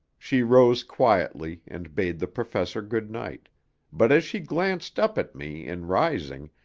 she rose quietly and bade the professor good-night but as she glanced up at me, in rising,